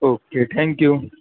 okay thank you